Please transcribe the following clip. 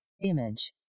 Image